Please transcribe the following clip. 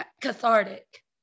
cathartic